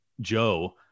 Joe